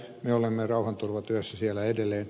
me olemme rauhanturvatyössä siellä edelleen